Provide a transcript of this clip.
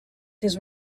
his